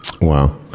Wow